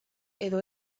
edo